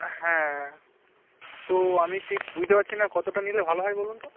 হ্যাঁ তো আমি ঠিক বুঝতে পারছি না কতটা নিলে ভালো হয় বলুন তো